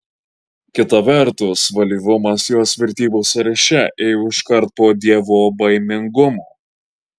kita vertus valyvumas jos vertybių sąraše ėjo iškart po dievobaimingumo